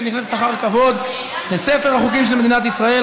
ונכנסת אחר כבוד לספר החוקים של מדינת ישראל.